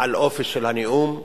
על האופי של הנאום.